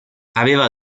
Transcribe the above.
aveva